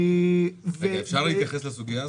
חברים, האם אפשר להתייחס לסוגיה הזו?